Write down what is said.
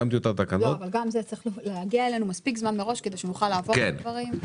גם זה צריך להגיע אלינו מספיק זמן מראש כדי שנוכל לעבור על הדברים.